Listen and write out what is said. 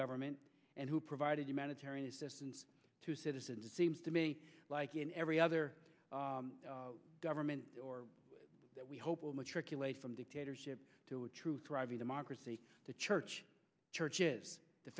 government and who provided humanitarian assistance to citizens it seems to me like in every other government or that we hope will matriculate from dictatorship to a true thriving democracy the church churches the